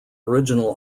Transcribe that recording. original